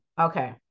okay